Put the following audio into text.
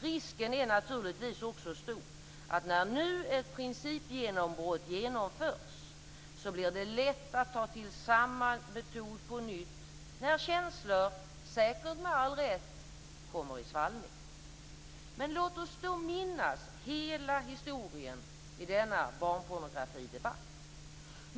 Risken är naturligtvis också stor att det, när ett principgenombrott nu genomförs, blir lätt att ta till samma metod på nytt, när känslor - säkert med all rätt - kommer i svallning. Men låt oss då minnas hela historien i denna barnpornografidebatt.